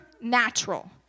natural